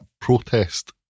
protest